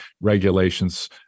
regulations